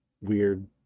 weird